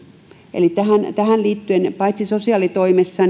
eli tähän liittyen paitsi sosiaalitoimessa